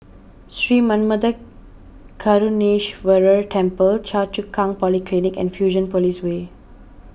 Sri Manmatha Karuneshvarar Temple Choa Chu Kang Polyclinic and Fusionopolis Way